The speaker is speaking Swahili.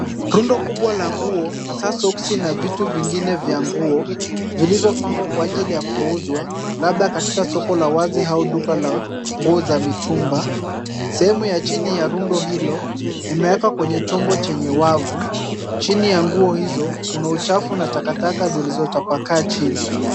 Rundo kubwa la nguo hasa soksi na vitu vingine vya nguo, vilivyopangwa kwa ajili ya kuuzwa labda katika soko la wazi au duka la nguo za mitumba . Sehemu ya chini ya rundo hilo limewekwa kwenye chombo chenye wavu. Chini ya nguo hizo kuna uchafu na taka taka zilizotapakaa chini.